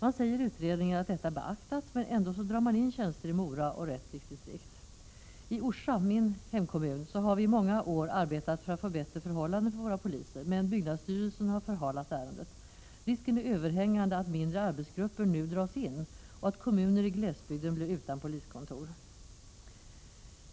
I utredningen sägs att detta har beaktats, men ändå dras tjänster in i Mora och Rättviks distrikt. I Orsa — min hemkommun — har vi i många år arbetat för att få bättre förhållanden för våra poliser, men byggnadsstyrelsen har förhalat ärendet. Risken är överhängande att mindre arbetsgrupper dras in och att kommuner i glesbygden blir utan poliskontor.